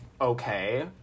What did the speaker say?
okay